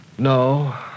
No